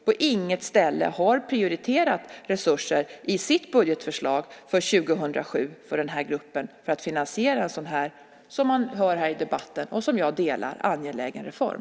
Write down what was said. På inget ställe har man i sitt budgetförslag för år 2007 prioriterat resurser till den här gruppen för att finansiera en så här - som man hör i den här debatten, något som jag instämmer i - angelägen reform.